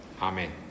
Amen